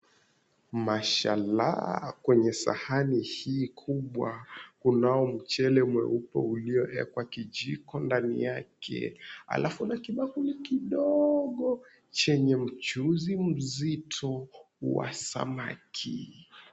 Mashalah! Kwenye sahani hii kubwa kunao mchele mweupe uliowekwa kijiko ndani yake, halafu na kibakuli kidogo chenye mchuzi mzito wa samaki.